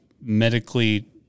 medically